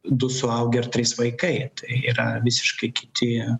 du suaugę ir trys vaikai yra visiškai kiti